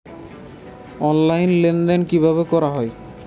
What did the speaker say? Online লেনদেন কিভাবে করা হয়?